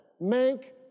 make